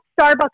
Starbucks